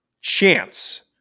chance